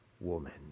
woman